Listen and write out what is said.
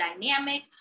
dynamic